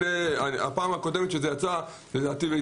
בפעם הקודמת שיצא חול המועד בזמן הרמדאן,